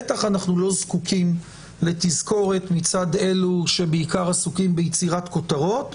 בטח אנחנו לא זקוקים לתזכורת מצד אלו שבעיקר עסוקים ביצירת כותרות,